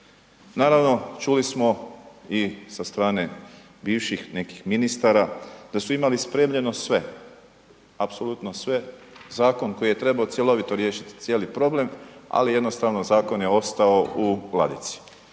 Naravno, čuli smo i sa strane bivših nekih ministara da su imali spremljeno sve, apsolutno sve, zakon koji je trebao cjelovito riješiti cijeli problem, ali jednostavno zakon je ostao u ladici,